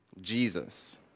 Jesus